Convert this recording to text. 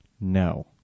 No